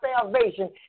salvation